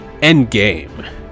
Endgame